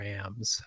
Rams